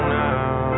now